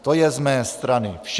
To je z mé strany vše.